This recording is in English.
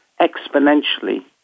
exponentially